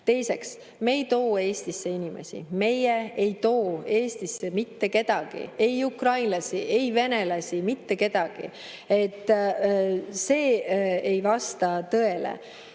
Teiseks, me ei too Eestisse inimesi. Meie ei too Eestisse mitte kedagi, ei ukrainlasi, ei venelasi, mitte kedagi. See [teie